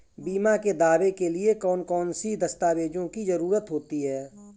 बीमा के दावे के लिए कौन कौन सी दस्तावेजों की जरूरत होती है?